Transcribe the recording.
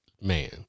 Man